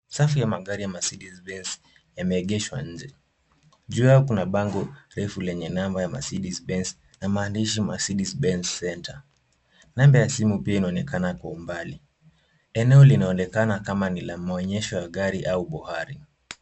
Safu ya magari ya Mercedes-Benz. Nimeegeshwa nje. Jua kuna bango refu lenye namba ya Mercedes-Benz na maandishi Mercedes-Benz Center. Namba ya simu pia inaonekana kuwa mbali. Eneo linaonekana kama ni la maonyesho ya gari au bohari.